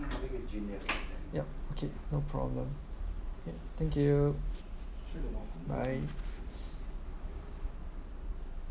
yup okay no problem ya thank you bye